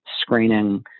screening